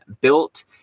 built